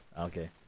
Okay